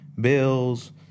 bills